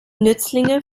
nützlinge